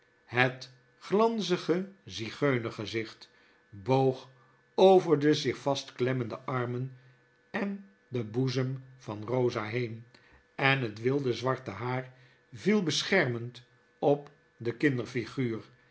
het glanzige zigeunergezicht boog over de zich vastklemmende armen en den boezem van eosa heen en het wilde zwarte haar viel beschermend op